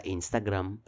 Instagram